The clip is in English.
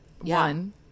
One